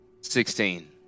Sixteen